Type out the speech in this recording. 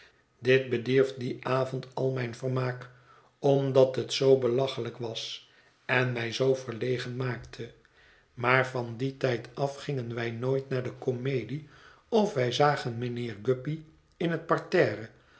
dit bedierf dien avond al mijn vermaak omdat het zoo belachelijk was en mij zoo verlegen maakte maar van dien tijd af gingen wij nooit naar de komedie of wij zagen mijnheer guppy in het parterre